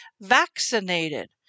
vaccinated